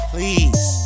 Please